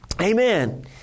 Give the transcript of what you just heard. Amen